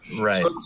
Right